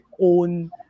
own